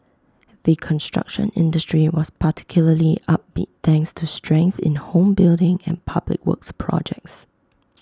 the construction industry was particularly upbeat thanks to strength in home building and public works projects